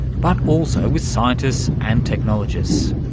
but also with scientists and technologists.